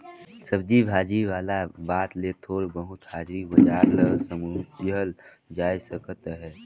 सब्जी भाजी वाला बात ले थोर बहुत हाजरी बजार ल समुझल जाए सकत अहे